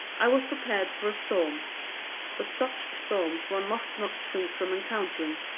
i was prepared for a storm but such storms one must not shrink from encountering.